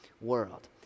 world